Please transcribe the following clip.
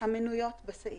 המנויות בסעיף.